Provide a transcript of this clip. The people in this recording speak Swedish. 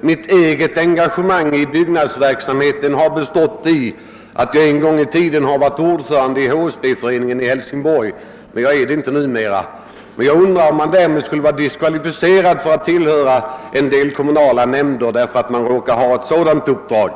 mitt eget engagemang i byggnadsverksamheten har bestått i att jag en gång i tiden varit ordförande i HSB-föreningen i Hälsingborg, men jag är det inte numera. Jag undrar om man skulle vara diskvalificerad för att tillhöra en del kommunala nämnder, därför att man råkar ha ett sådant uppdrag.